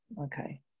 okay